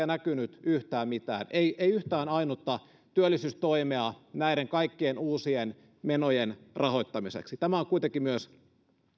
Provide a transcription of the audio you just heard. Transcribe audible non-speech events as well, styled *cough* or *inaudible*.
*unintelligible* näkynyt yhtään mitään ei ei yhtään ainutta työllisyystoimea näiden kaikkien uusien menojen rahoittamiseksi tämä on kuitenkin myös